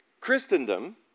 Christendom